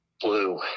Blue